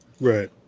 Right